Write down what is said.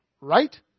right